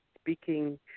speaking